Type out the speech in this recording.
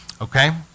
okay